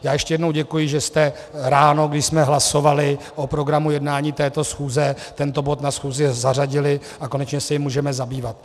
Já ještě jednou děkuji, že jste ráno, když jsme hlasovali o programu jednání této schůze, tento bod na schůzi zařadili a konečně se jím můžeme zabývat.